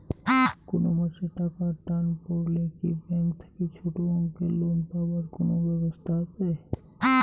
কুনো মাসে টাকার টান পড়লে কি ব্যাংক থাকি ছোটো অঙ্কের লোন পাবার কুনো ব্যাবস্থা আছে?